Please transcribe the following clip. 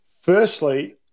Firstly